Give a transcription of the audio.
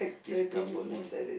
this couple eh